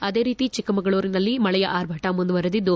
ಅದೇ ರೀತಿ ಚಿಕ್ಕಮಗಳೂರಿನಲ್ಲಿ ಮಳೆಯ ಆರ್ಭಟ ಮುಂದುವರೆದಿದ್ದು